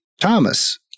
Thomas